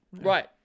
Right